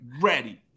ready